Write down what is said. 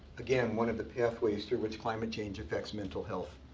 again, one of the pathways through which climate change affects mental health.